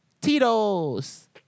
Tito's